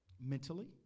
mentally